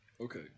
Okay